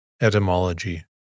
Etymology